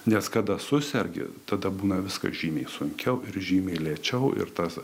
nes kada susergi tada būna viskas žymiai sunkiau ir žymiai lėčiau ir tas